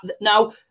Now